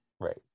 Right